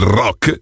rock